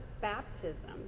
baptism